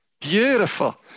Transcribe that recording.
Beautiful